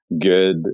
good